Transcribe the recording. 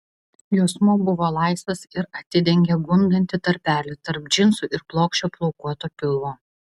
juosmuo buvo laisvas ir atidengė gundantį tarpelį tarp džinsų ir plokščio plaukuoto pilvo